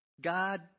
God